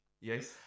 Yes